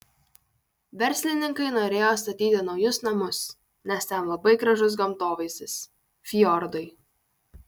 verslininkai norėjo statyti naujus namus nes ten labai gražus gamtovaizdis fjordai